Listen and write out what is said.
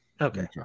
Okay